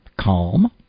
Calm